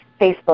Facebook